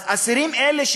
אז האסירים האלה,